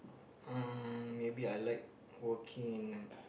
uh maybe I like working in a